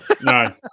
No